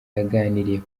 yaganiriye